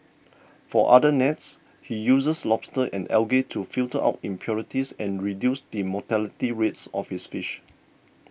for other nets he uses lobsters and algae to filter out impurities and reduce the mortality rates of his fish